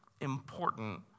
important